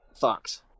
fucked